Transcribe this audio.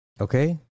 Okay